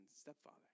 stepfather